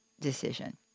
decision